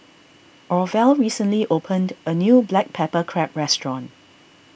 Orvel recently opened a new Black Pepper Crab restaurant